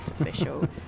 official